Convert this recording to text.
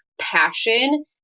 passion